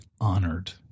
honored